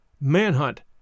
Manhunt